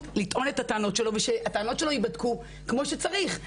לטעון את הטענות שלו ושהן ייבדקו כמו שצריך,